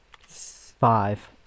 five